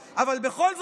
בבקשה, המשכתי לך את הזמן.